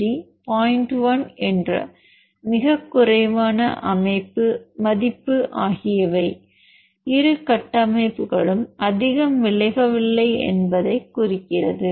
1 என்ற மிகக் குறைவான மதிப்பு ஆகியவை இரு கட்டமைப்புகளும் அதிகம் விலகவில்லை என்பதைக் குறிக்கிறது